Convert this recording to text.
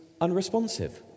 unresponsive